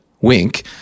Wink